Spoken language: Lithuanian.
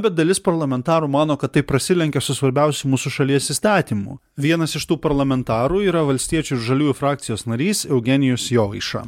bet dalis parlamentarų mano kad tai prasilenkia su svarbiausiu mūsų šalies įstatymu vienas iš tų parlamentarų yra valstiečių ir žaliųjų frakcijos narys eugenijus jovaiša